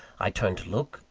i turned to look,